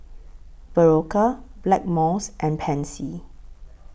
Berocca Blackmores and Pansy